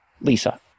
Lisa